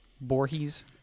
Borges